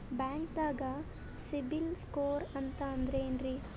ಬ್ಯಾಂಕ್ದಾಗ CIBIL score ಅಂತ ಅಂದ್ರೆ ಏನ್ರೀ?